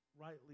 rightly